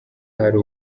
hari